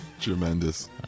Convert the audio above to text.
Tremendous